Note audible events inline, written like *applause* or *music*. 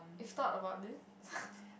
you've thought about this *laughs*